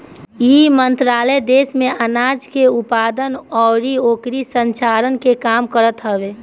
इ मंत्रालय देस में आनाज के उत्पादन अउरी ओकरी संरक्षण के काम करत हवे